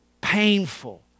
painful